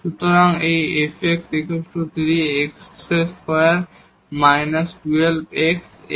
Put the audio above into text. সুতরাং এই fx 3 x2−12 xx এবং তারপর fx x